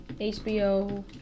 HBO